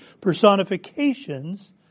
Personifications